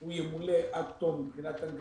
הוא ימולא עד תום מבחינת הנגשה,